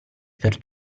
per